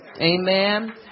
Amen